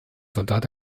soldat